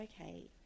okay